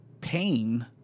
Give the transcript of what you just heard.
pain